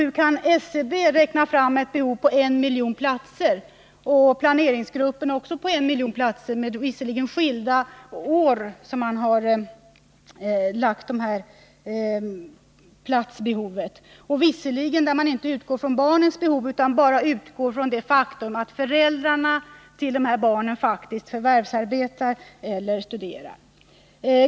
Hur kan under sådana förhållanden SCB och även planeringsgruppen räkna fram ett behov om en miljon daghemsplatser — även om de gjort det för olika år? Man utgår i de beräkningarna inte heller från barnens behov utan bara från det faktum att föräldrarna till dessa barn faktiskt förvärvsarbetar eller studerar.